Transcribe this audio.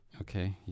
Okay